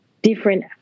different